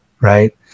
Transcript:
right